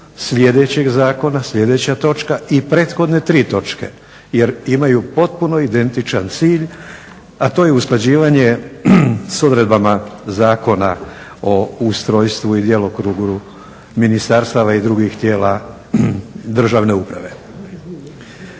sljedećeg zakona, sljedeća točka i prethodne tri točke jer imaju potpuno identičan cilj a to je usklađivanje s odredbama Zakona o ustrojstvu i djelokrugu ministarstava i drugih tijela državne uprave.